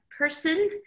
person